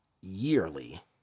yearly